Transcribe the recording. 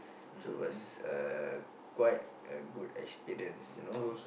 so it was uh quite a good experience you know